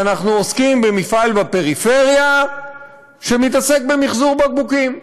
אנחנו עוסקים במפעל בפריפריה שעוסק במחזור בקבוקים.